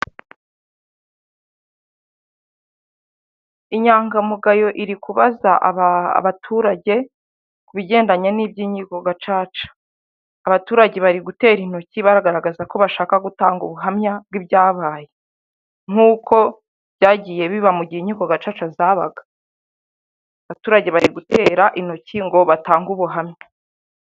Inyangamugayo iri kubaza abaturage ku bigendanye n'iby'inkiko gacaca. Abaturage bari gutera intoki, bagaragaza ko bashaka gutanga ubuhamya bw'ibyabaye nk'uko byagiye biba mu gihe inkiko gacaca zabaga. Abaturage bari gutera intoki ngo batange ubuhamya.